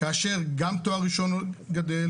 כאשר גם תואר ראשון גדל,